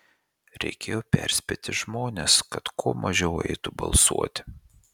reikėjo perspėti žmones kad kuo mažiau eitų balsuoti